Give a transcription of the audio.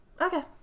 Okay